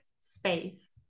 space